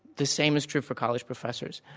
the same is true for college professors.